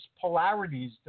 polarities